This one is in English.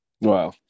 wow